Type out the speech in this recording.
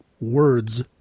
words